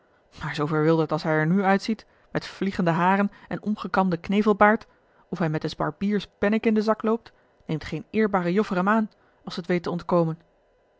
maar zoo verwilderd als hij er nu uitziet met vliegende haren en ongekamden knevelbaard of hij met des barbiers penninck in den zak loopt neemt geen eerbare joffer hem aan als ze t weet te ontkomen